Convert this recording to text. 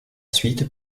suite